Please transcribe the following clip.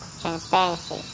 transparency